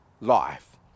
life